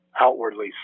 Outwardly